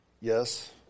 Yes